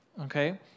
okay